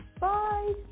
Bye